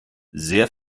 sehr